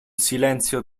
silenzio